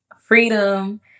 freedom